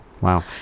Wow